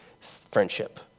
friendship